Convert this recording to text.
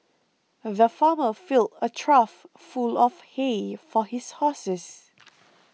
the farmer filled a trough full of hay for his horses